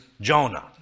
Jonah